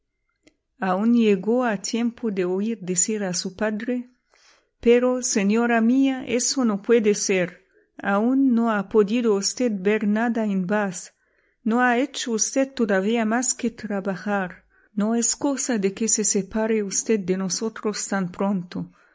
aun llegó a tiempo de oír decir a su padre pero señora mía eso no puede ser aun no ha podido usted ver nada en bath no ha hecho usted todavía más que trabajar no es cosa de que se separe usted de nosotros tan pronto